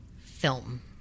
film